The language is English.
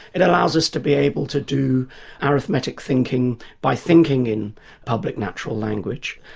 it allows us to be able to do arithmetic thinking by thinking in public natural language.